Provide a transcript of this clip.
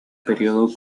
periodo